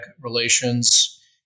relations